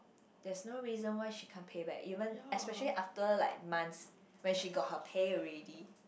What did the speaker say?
there's no reason why she can't pay back even especially after like months when she got her pay already